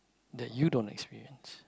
that you don't experience